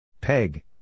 Peg